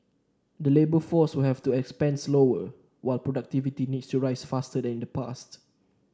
the labour force will have to expand slower while productivity needs to rise faster than in the past